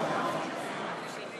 וחוטובלי,